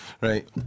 Right